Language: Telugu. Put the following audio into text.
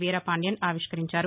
వీరపాడ్యన్ ఆవిష్టరించారు